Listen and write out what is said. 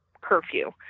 curfew